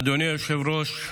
אדוני היושב-ראש,